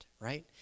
right